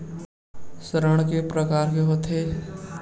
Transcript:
ऋण के प्रकार के होथे?